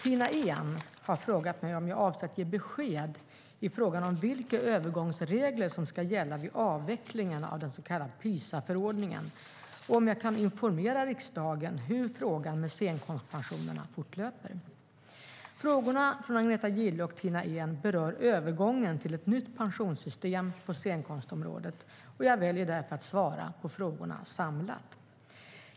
Tina Ehn har frågat mig om jag avser att ge besked i frågan om vilka övergångsregler som ska gälla vid avvecklingen av den så kallade PISA-förordningen och om jag kan informera riksdagen om hur frågan med scenkonstpensionerna fortlöper. Frågorna från Agneta Gille och Tina Ehn berör övergången till ett nytt pensionssystem på scenkonstområdet. Jag väljer därför att svara på frågorna samlat.